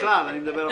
בכלל אני מדבר.